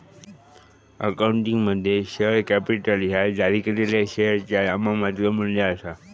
अकाउंटिंगमध्ये, share capital ह्या जारी केलेल्या शेअरचा नाममात्र मू्ल्य आसा